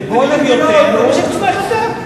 מספרם גדל, המשק צומח יותר.